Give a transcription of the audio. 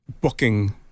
booking